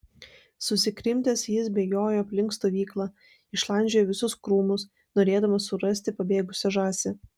susikrimtęs jis bėgiojo aplink stovyklą išlandžiojo visus krūmus norėdamas surasti pabėgusią žąsį